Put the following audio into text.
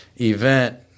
event